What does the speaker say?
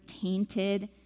tainted